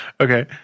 Okay